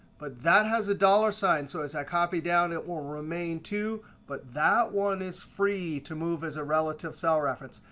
but that has a dollar sign. so as i copy down, it will remain two. but that one is free to move as a relative cell reference.